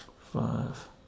five